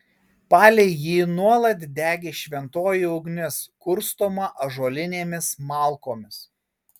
palei jį nuolat degė šventoji ugnis kurstoma ąžuolinėmis malkomis